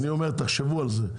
אני אומר תחשבו על זה,